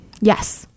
yes